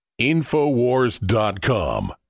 InfoWars.com